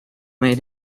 made